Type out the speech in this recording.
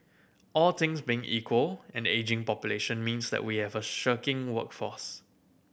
all things being equal an ageing population means that we have a shirking workforce